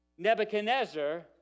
Nebuchadnezzar